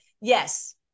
yes